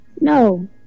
No